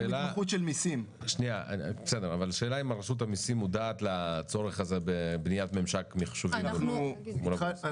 השאלה אם רשות המסים מודעת לצורך הזה בבניית ממשק מחשובי מול הבורסה?